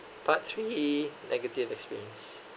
part three negative experience